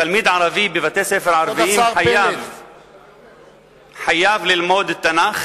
תלמיד ערבי בבתי-ספר ערביים חייב ללמוד תנ"ך